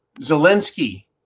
Zelensky